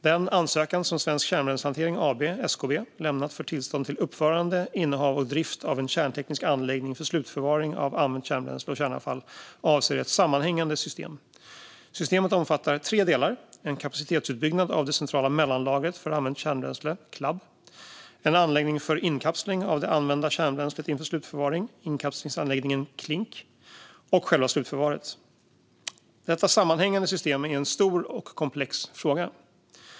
Den ansökan som Svensk Kärnbränslehantering AB, SKB, har lämnat om tillstånd för uppförande, innehav och drift av en kärnteknisk anläggning för slutförvaring av använt kärnbränsle och kärnavfall avser ett sammanhängande system. Systemet omfattar tre delar: en kapacitetsutbyggnad av det centrala mellanlagret för använt kärnbränsle, Clab, en anläggning för inkapsling av det använda kärnbränslet inför slutförvaring, inkapslingsanläggningen, Clink, och själva slutförvaret. Detta sammanhängande system är en stor och komplex fråga.